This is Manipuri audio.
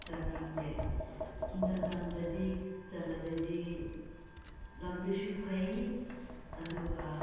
ꯆꯠꯅꯤꯡꯗꯦ ꯏꯪꯊꯝꯊꯥꯗꯗꯤ ꯆꯠꯂꯕꯗꯤ ꯂꯝꯕꯤꯁꯨ ꯐꯩ ꯑꯗꯨꯒ